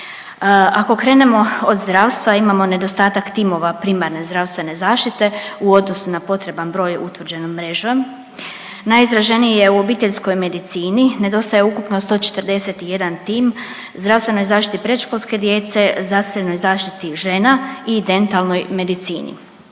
Ako krenemo od zdravstva imamo nedostatak timova primarne zdravstvene zaštite u odnosu na potreban broj utvrđen mrežom. Najizraženiji je u obiteljskoj medicini, nedostaje ukupno 141 tim, zdravstvenoj zaštiti predškolske djece, zdravstvenoj zaštiti žena i dentalnoj medicini.